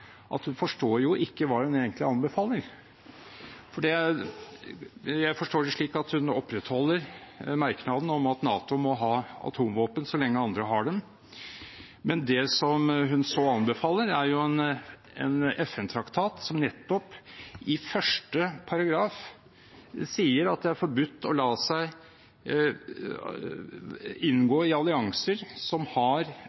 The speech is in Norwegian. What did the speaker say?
at hun ikke forstår hva hun egentlig anbefaler. Jeg forstår det slik at hun opprettholder merknaden om at NATO må ha atomvåpen så lenge andre har det, men det hun så anbefaler, er jo en FN-traktat som i første paragraf nettopp sier at det er forbudt å